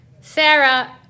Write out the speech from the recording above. Sarah